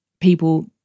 people